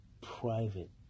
private